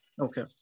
Okay